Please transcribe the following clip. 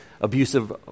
abusive